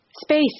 Space